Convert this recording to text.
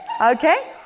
Okay